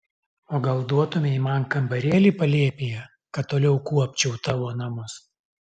o gal duotumei man kambarėlį palėpėje kad toliau kuopčiau tavo namus